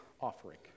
offering